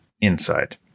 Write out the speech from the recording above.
inside